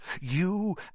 You